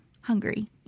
hungry